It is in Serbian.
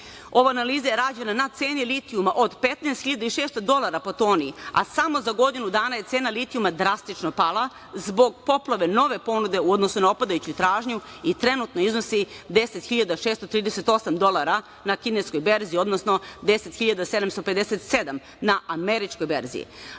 Ova analiza je rađena na ceni litijuma od 15.600 dolara po toni, a samo za godinu dana je cena litijuma drastično pala zbog poplave nove ponude u odnosu na opadajuću tražnju i trenutno iznosi 10.638 dolara na kineskoj berzi, odnosno 10.757 na američkoj berzi. Vlada